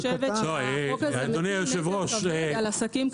אני חושבת שהחוק הזה מטיל נטל כבד על עסקים קטנים.